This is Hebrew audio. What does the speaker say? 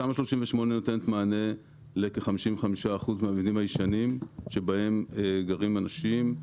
תמ"א 38 נותנת מענה לכ-55% מהמבנים הישנים שבהם גרים אנשים,